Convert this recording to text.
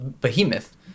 behemoth